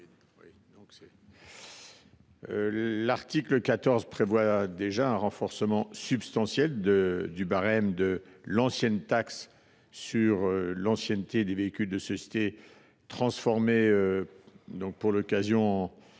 L’article 14 prévoit déjà un renforcement substantiel du barème de l’ancienne taxe sur l’ancienneté des véhicules de société, transformée, pour l’occasion, en